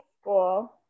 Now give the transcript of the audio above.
school